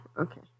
Okay